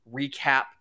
recap